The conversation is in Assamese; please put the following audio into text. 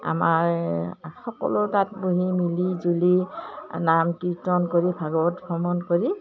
আমাৰ এই সকলো তাত বহি মিলিজুলি নাম কীৰ্তন কৰি ভাগৱত ভ্ৰমণ কৰি